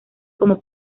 como